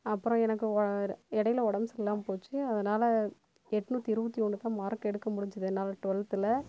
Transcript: அப்புறம் எனக்கு உடம் இடையில் உடம்பு சரியில்லாமல் போயிடுத்து அதனால எண்ணூத்தி இருபத்தி ஒன்றுதான் மார்க் எடுக்க முடிஞ்சது என்னால டுவல்த்தில்